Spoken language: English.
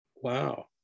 wow